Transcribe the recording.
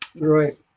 Right